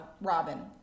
Robin